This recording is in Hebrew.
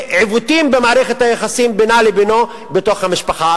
לעיוותים במערכת היחסים בינה לבינו בתוך המשפחה.